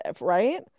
right